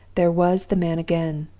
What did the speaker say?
there was the man again!